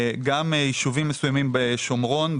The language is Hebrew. גם ישובים מסוימים בשומרון,